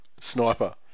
Sniper